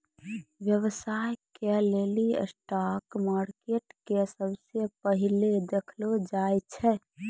व्यवसाय के लेली स्टाक मार्केट के सबसे पहिलै देखलो जाय छै